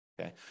okay